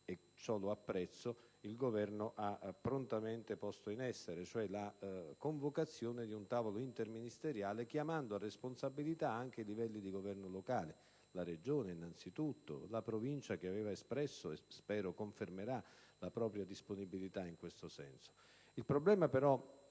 il fatto che il Governo abbia prontamente posto in essere la convocazione di un tavolo interministeriale, chiamando a responsabilità anche livelli di Governo locale (la Regione, innanzitutto, e la Provincia, che aveva espresso - come spero confermerà - la propria disponibilità in questo senso). Il problema che